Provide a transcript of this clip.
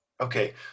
Okay